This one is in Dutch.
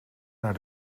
naar